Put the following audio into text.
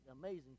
amazing